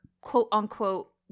quote-unquote